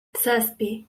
zazpi